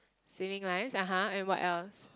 saving lives (aha) and what else